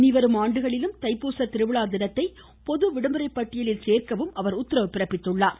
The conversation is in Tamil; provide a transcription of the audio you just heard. இனி வரும் ஆண்டுகளிலும் தைப்பூச திருவிழா தினத்தை பொது விடுமுறை பட்டியலில் சேர்க்கவும் அவர் உத்தரவு பிறப்பித்துள்ளார்